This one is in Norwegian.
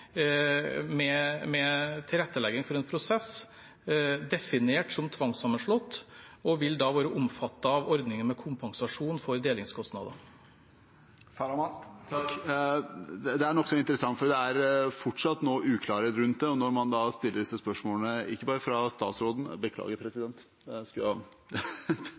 tilrettelegging for en prosess for dem som er definert som tvangssammenslått, og de vil da være omfattet av ordningen med kompensasjon for delingskostnader. Det er nokså interessant, for det er fortsatt noe uklarhet rundt det. Når man da stiller disse spørsmålene, ikke bare til statsråden,